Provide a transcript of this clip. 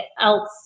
else